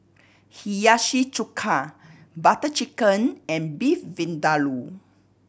Hiyashi Chuka Butter Chicken and Beef Vindaloo